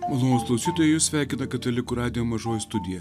malonūs klausytojai jus sveikina katalikų radijo mažoji studija